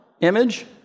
image